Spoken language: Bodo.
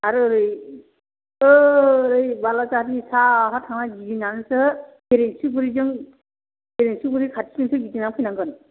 आर ओरै होरै बालाजारनि साहा थांनाय गिदिंनानैसो खाथिजोंसो गिदिंनानै फैनांगोन